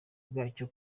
bwacyo